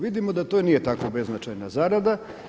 Vidimo da to nije tako beznačajna zarada.